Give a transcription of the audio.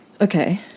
Okay